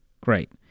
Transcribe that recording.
great